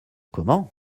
comment